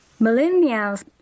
Millennials